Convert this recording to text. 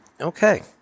Okay